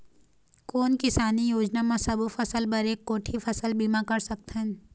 कोन किसानी योजना म सबों फ़सल बर एक कोठी फ़सल बीमा कर सकथन?